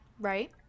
Right